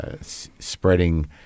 spreading